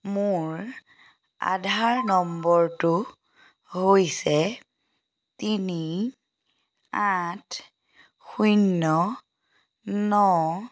মোৰ আধাৰ নম্বৰটো হৈছে তিনি আঠ শূন্য ন